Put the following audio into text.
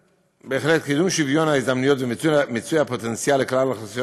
קידום שוויון הזדמנויות ומיצוי הפוטנציאל של כלל האוכלוסיות